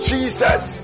Jesus